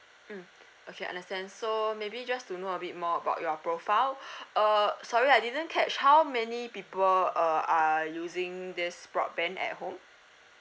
mm okay understand so maybe just to know a bit more about your profile uh sorry I didn't catch how many people uh are using this broadband at home